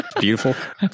beautiful